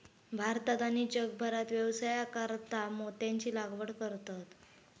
भारतात आणि जगभरात व्यवसायासाकारता मोत्यांची लागवड करतत